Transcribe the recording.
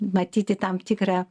matyti tam tikrą